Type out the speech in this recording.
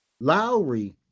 Lowry